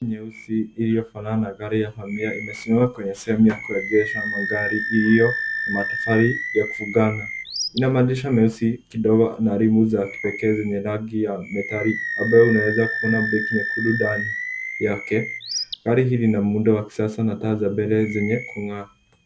Nyeusi iliyofanana na gari ya familia imesimama kwenye sehemu ya kuegesha magari hiyo matofari ya kufunguna. Ina madirisha meusi ndogo na rimu za kipekee zenye rangi ya metallic ambayo unaweza kuona breki nyekundu ndani yake. Gari hili lina muundo wa kisasa na taa za mbele zenye kungaa.